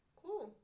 cool